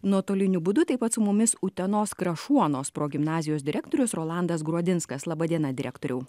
nuotoliniu būdu taip pat su mumis utenos krašuonos progimnazijos direktorius rolandas gruodinskas laba diena direktoriau